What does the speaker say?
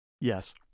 Yes